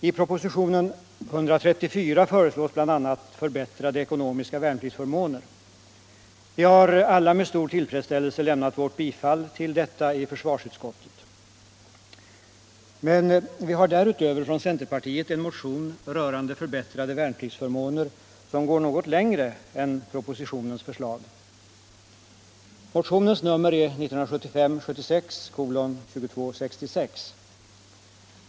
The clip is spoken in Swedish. Förmåner för värnpliktsförmåner. Vi har alla med stor tillfredsställelse lämnat vårt bifall till detta i försvarsutskottet. Men vi har därutöver från centerpartiet en motion rörande förbättrade värnpliktsförmåner som går något längre än propositionens förslag. Motionens nummer är 1975/76:2266.